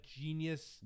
genius